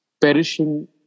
perishing